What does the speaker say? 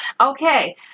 Okay